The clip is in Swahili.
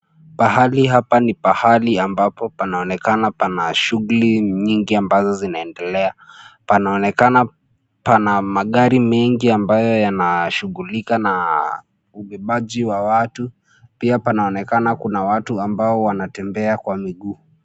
Pahali hapa ni pahali ambapo panaonekana pana shughli nyingi ambazo zinaendelea, panaonekana, pana magari mengi ambayo yanashughulika na, ubebaji wa watu, pia panaonekana kuna watu ambao wanatembea kwa miguu.